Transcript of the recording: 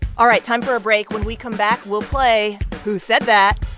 all right. time for a break. when we come back, we'll play who said that